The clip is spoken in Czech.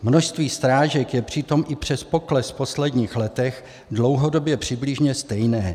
Množství srážek je přitom i přes pokles v posledních letech dlouhodobě přibližně stejné.